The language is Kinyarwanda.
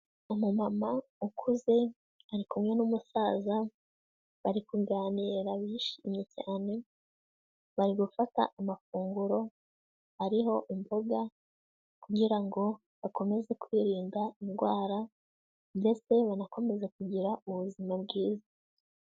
Umumama ukuze, ari kumwe n'umusaza, bari kuganira bishimye cyane, bari gufata amafunguro ariho imboga, kugira ngo bakomeze kwirinda indwara, mbese banakomeze kugira ubuzima bwiza.